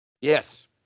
Yes